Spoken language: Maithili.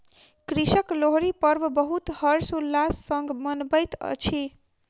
कृषक लोहरी पर्व बहुत हर्ष उल्लास संग मनबैत अछि